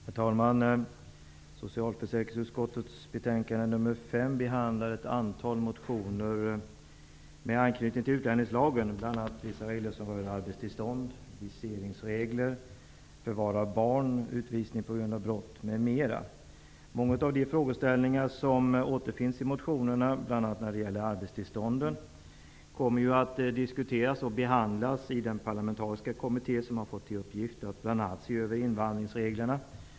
Herr talman! Socialförsäkringsutskottets betänkande 5 behandlar ett antal motioner med anknytning till utlänningslagen, bl.a. vissa regler som rör arbetstillstånd, viseringsregler, förvar av barn, utvisning på grund av brott m.m. Många av de frågeställningar som återfinns i motionerna, bl.a. när det gäller arbetstillstånden, kommer att diskuteras och behandlas i den parlamentariska kommitté som har fått i uppgift att bl.a. se över invandringsreglerna.